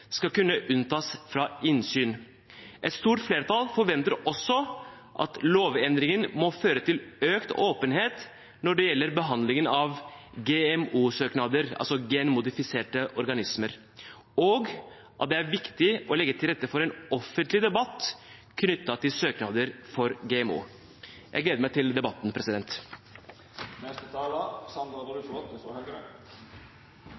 skal kunne unntas fra innsyn. Et stort flertall forventer også at lovendringen må føre til økt åpenhet når det gjelder behandlingen av GMO-søknader, altså genmodifiserte organismer, og at det er viktig å legge til rette for en offentlig debatt knyttet til søknader for GMO. Jeg gleder meg til debatten.